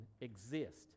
exist